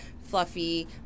fluffy